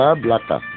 blata